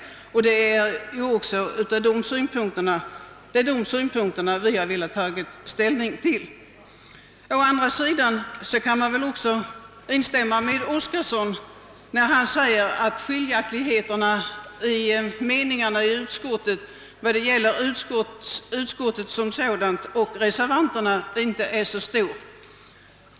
Det är dess synpunkter också vi har velat ta ställning till. Å andra sidan kan man instämma med herr Oskarson när han säger att skiljaktigheterna mellan majoriteten och reservanterna inte är särskilt stora.